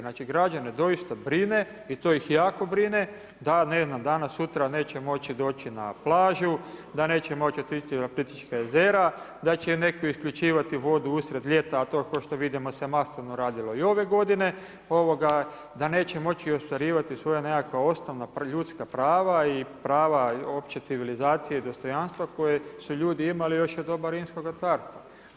Znači građane doista brine i to ih jako brine da ne znam danas sutra neće moći doći na plaću, da neće moći otići na Plitvička jezera, da će im neko isključivati vodu usred ljeta, a to ko što vidimo masovno radilo i ove godine, da neće moći ostvarivati svoja nekakva osnovna ljudska prava i prava opće civilizacije i dostojanstva koje su ljudi imali još u doba Rimskoga carstva.